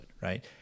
right